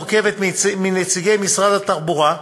שחברים בה נציגי משרד התחבורה,